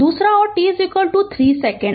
दूसरा और t 3 second